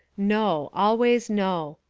no, always no.